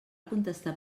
contestar